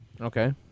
Okay